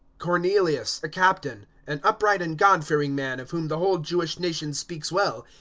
cornelius, a captain, an upright and god-fearing man, of whom the whole jewish nation speaks well,